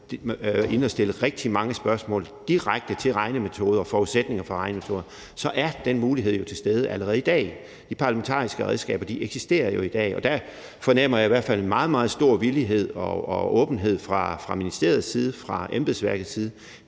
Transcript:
inde at stille rigtig mange spørgsmål direkte til regnemetoder og forudsætninger for regnemetoder – så er den mulighed jo til stede allerede i dag. De parlamentariske redskaber eksisterer jo i dag, og der fornemmer jeg i hvert fald en meget, meget stor villighed og åbenhed fra ministeriets side, fra embedsværkets side,